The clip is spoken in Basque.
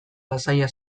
lasaia